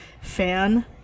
fan